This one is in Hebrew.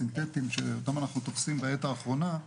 הסינטטיים שאותם אנחנו תופסים בעת האחרונה,